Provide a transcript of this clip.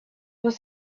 was